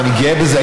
ואני גאה בזה,